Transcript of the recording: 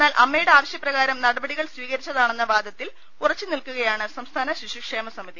എന്നാൽ അമ്മയുടെ ആവശ്യപ്രകാരം നടപടികൾ സ്വീകരിച്ചതാണെന്ന വാദത്തിൽ ഉറച്ചു നിൽക്കുകയാണ് സംസ്ഥാന ശിശുക്ഷേമ സമിതി